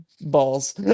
balls